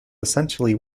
essentially